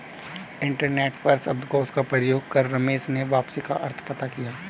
internet पर शब्दकोश का प्रयोग कर रमेश ने वापसी का अर्थ पता किया